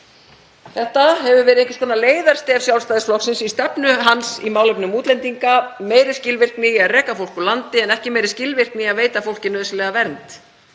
Þetta hefur verið einhvers konar leiðarstef Sjálfstæðisflokksins í stefnu hans í málefnum útlendinga; meiri skilvirkni í að reka fólk úr landi en ekki meiri skilvirkni í að veita fólki nauðsynlega vernd.